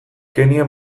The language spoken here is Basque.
kenya